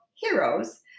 heroes